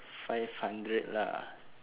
five hundred lah